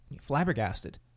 flabbergasted